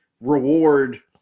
reward